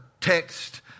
text